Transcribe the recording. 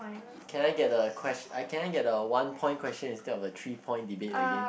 can I get the quest I can I get the one point question instead of three debate again